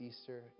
Easter